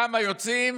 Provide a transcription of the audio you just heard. כמה יוצאים,